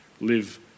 live